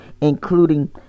including